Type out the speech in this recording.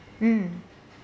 mm